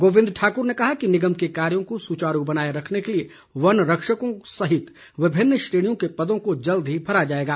गोविंद ठाकुर ने कहा कि निगम के कार्यों को सुचारू बनाए रखने के लिए वनरक्षकों सहित विभिन्न श्रेणियों के पदों को जल्द ही भरा जाएगा